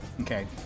Okay